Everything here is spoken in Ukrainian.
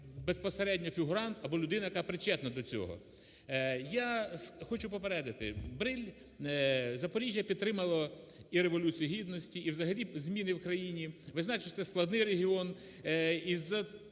безпосередньо фігурант, або людина, яка причетна до цього. Я хочу попередити, Бриль, Запоріжжя підтримало і Революцію Гідності, і взагалі зміни в країні. Ви знаєте, що це складний регіон.